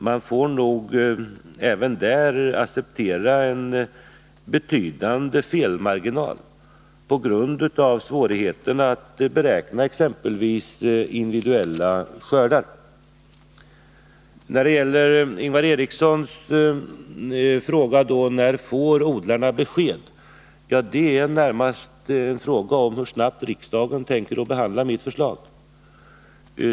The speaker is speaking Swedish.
Vi får nog även där, på grund av svårigheterna att beräkna exempelvis individuella skördar, acceptera en betydande felmarginal. Ingvar Eriksson frågade när odlarna får besked. Det avgörs närmast av hur snabbt riksdagen kan behandla mitt förslag.